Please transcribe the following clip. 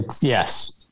Yes